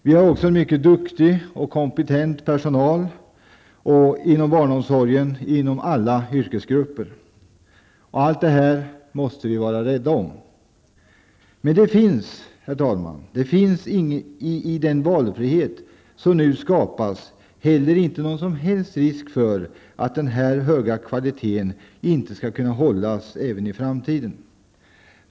Vi har också en mycket duktig och kompetent personal inom barnomsorgen inom alla yrkesgrupper. Allt detta måste vi vara rädda om. I den valfrihet som nu skapas finns inte heller någon som helst risk för att denna höga kvalitet inte skall kunna upprätthållas även i framtiden.